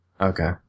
Okay